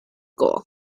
goal